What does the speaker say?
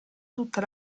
tutta